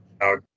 Out